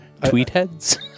Tweetheads